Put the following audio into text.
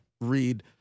read